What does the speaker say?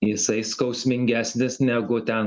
jisai skausmingesnis negu ten